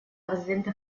presidente